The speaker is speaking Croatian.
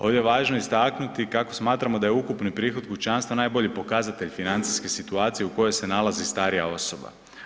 Ovdje je važno istaknuti kako smatramo da je ukupni prihod kućanstva najbolji pokazatelj financijske situacije u kojoj se nalazi starija osoba.